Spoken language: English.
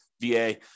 VA